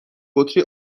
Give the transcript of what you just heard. بطری